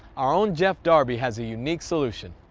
our own jeff darby has a unique solution.